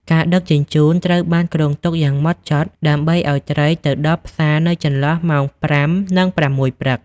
ការដឹកជញ្ជូន ត្រូវបានគ្រោងទុកយ៉ាងម៉ត់ចត់ដើម្បីឱ្យត្រីទៅដល់ផ្សារនៅចន្លោះម៉ោង ៥ និង ៦ ព្រឹក។